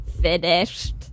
finished